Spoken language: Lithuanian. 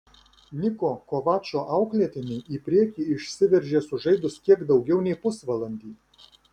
niko kovačo auklėtiniai į priekį išsiveržė sužaidus kiek daugiau nei pusvalandį